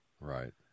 Right